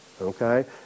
Okay